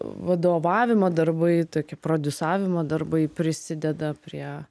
vadovavimo darbai tokie prodiusavimo darbai prisideda prie